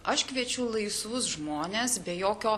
aš kviečiu laisvus žmones be jokio